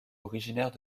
originaires